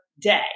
day